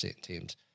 teams